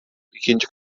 ikinci